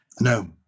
No